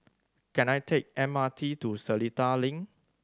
can I take M R T to Seletar Link